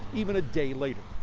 even a day later.